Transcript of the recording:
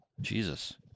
Jesus